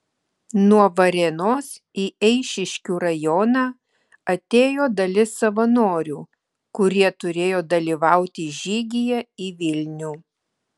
nuo varėnos į eišiškių rajoną atėjo dalis savanorių kurie turėjo dalyvauti žygyje į vilnių